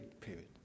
period